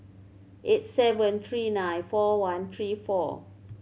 eight seven three nine four one three four